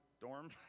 dorm